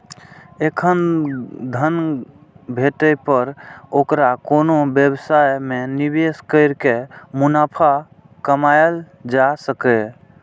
एखन धन भेटै पर ओकरा कोनो व्यवसाय मे निवेश कैर के मुनाफा कमाएल जा सकैए